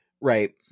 right